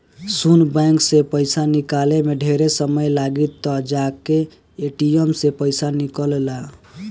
सुन बैंक से पइसा निकाले में ढेरे समय लागी त जाके ए.टी.एम से पइसा निकल ला